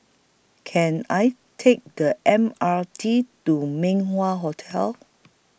Can I Take The M R T to Min Wah Hotel